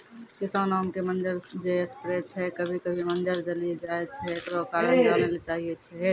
किसान आम के मंजर जे स्प्रे छैय कभी कभी मंजर जली जाय छैय, एकरो कारण जाने ली चाहेय छैय?